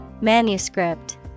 Manuscript